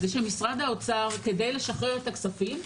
משרד האוצר בכדי לשחרר את הכספים,